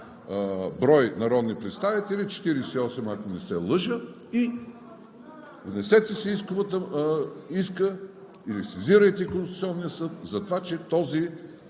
брой народни представители – 48, ако не се лъжа, внесете си иска или сезирайте Конституционния съд затова, че този